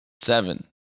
Seven